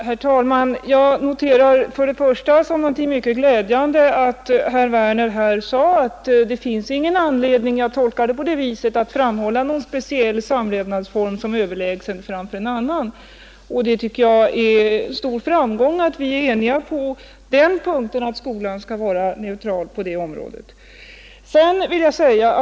Herr talman! Jag noterar först och främst som någonting mycket glädjande att herr Werner i Malmö sade — jag gör den tolkningen — att det inte finns någon anledning att framhålla någon samlevnadsform som överlägsen en annan. Jag tycker det är en stor framgång att vi är eniga på den punkten, att skolan skall vara neutral på detta område.